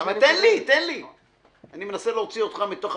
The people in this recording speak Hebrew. תן לי, אני מנסה להוציא אותך מתוך